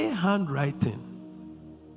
Handwriting